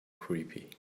creepy